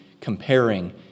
comparing